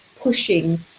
pushing